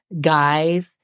Guys